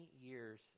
years